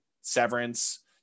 Severance